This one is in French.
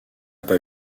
pas